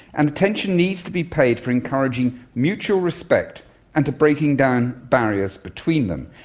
and attention needs to be paid for encouraging mutual respect and to breaking down barriers between them.